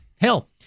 Hell